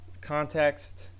context